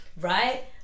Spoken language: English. right